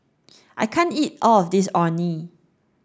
I can't eat all of this Orh Nee